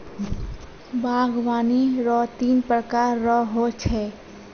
बागवानी रो तीन प्रकार रो हो छै